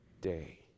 day